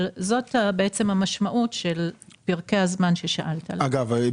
זאת המשמעות של פרקי הזמן ששאלת לגביהם.